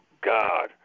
God